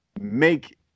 make